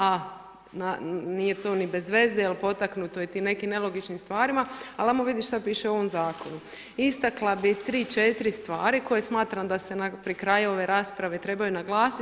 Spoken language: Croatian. A nije to bezveze, jer potaknuto je tim nekim nelogičnim stvarima, ali ajmo vidjeti što pište u ovom zakonu, istakla bi 3, 4 stvari koje smatram da se pri kraju ove rasprave trebaju naglasiti.